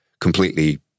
completely